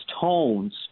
tones